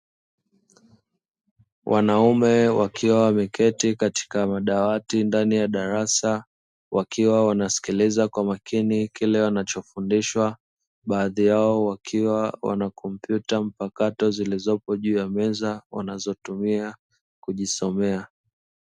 Wanaume wakiwa wameketi katika madawati ndani ya darasa. Wakiwa wanasikiliza kwa makini kile wanachofundishwa. Baadhi yao wakiwa wana kompyuta mpakato zilizopo juu ya meza, wanazotumia kujisomea.